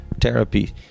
therapy